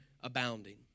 abounding